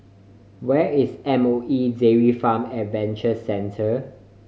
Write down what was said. where is M O E Dairy Farm Adventure Centre